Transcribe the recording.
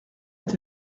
est